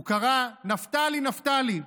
הוא קרא: נפתלי, נפתלי,